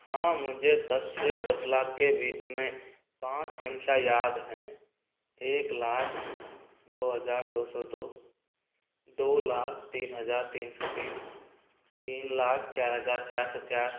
हाँ मुझे दस से दस लाख के बीच में पाँच संख्या याद हैं एक लाख दो हजार दो सौ दो दो लाख तीन हज़ार तीन सौ तीन तीन लाख चार हज़ार चार सौ चार